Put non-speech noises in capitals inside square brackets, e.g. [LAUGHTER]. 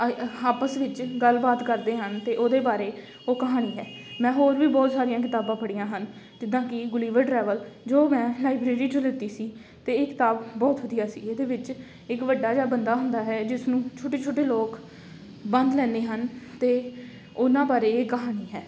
[UNINTELLIGIBLE] ਆਪਸ ਵਿੱਚ ਗੱਲਬਾਤ ਕਰਦੇ ਹਨ ਅਤੇ ਉਹਦੇ ਬਾਰੇ ਉਹ ਕਹਾਣੀ ਹੈ ਮੈਂ ਹੋਰ ਵੀ ਬਹੁਤ ਸਾਰੀਆਂ ਕਿਤਾਬਾਂ ਪੜ੍ਹੀਆਂ ਹਨ ਜਿੱਦਾਂ ਕਿ ਗੁਲੀਬਰ ਡਰੈਵਲ ਜੋ ਮੈਂ ਲਾਈਬ੍ਰੇਰੀ 'ਚੋਂ ਲਿਤੀ ਸੀ ਅਤੇ ਇਹ ਕਿਤਾਬ ਬਹੁਤ ਵਧੀਆ ਸੀ ਇਹਦੇ ਵਿੱਚ ਇੱਕ ਵੱਡਾ ਜਿਹਾ ਬੰਦਾ ਹੁੰਦਾ ਹੈ ਜਿਸ ਨੂੰ ਛੋਟੇ ਛੋਟੇ ਲੋਕ ਬੰਨ੍ਹ ਲੈਂਦੇ ਹਨ ਅਤੇ ਉਹਨਾਂ ਬਾਰੇ ਇਹ ਕਹਾਣੀ ਹੈ